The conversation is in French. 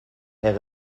est